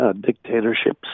dictatorships